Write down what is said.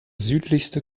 südlichste